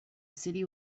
city